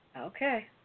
Okay